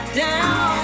down